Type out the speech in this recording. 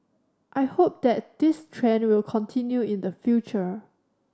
I hope that this trend will continue in the future